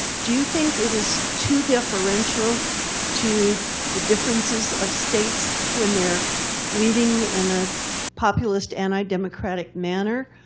do you think it is too deferential to the the differences of states when they're leading in a populist, anti-democratic manner?